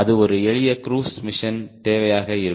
அது ஒரு எளிய க்ரூஸ் மிஷன் தேவையாக இருக்கும்